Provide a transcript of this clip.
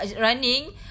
running